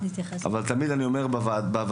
אבל תמיד אני אומר בוועדות,